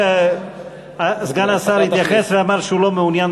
אני חושב שסגן השר התייחס ואמר שהוא לא מעוניין